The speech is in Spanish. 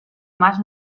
más